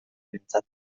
behintzat